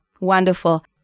Wonderful